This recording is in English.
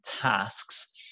tasks